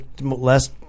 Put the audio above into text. less